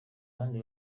abandi